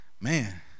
man